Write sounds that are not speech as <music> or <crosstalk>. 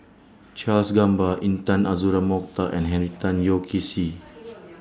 Charles Gamba Intan Azura Mokhtar and Henry Tan Yoke See <noise>